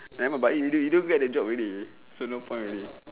never mind but you did you don't get the job already so no point already